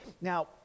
Now